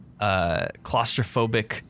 claustrophobic